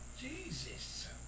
Jesus